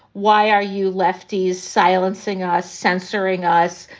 why are you lefties silencing us, censoring us,